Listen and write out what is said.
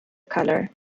color